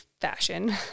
fashion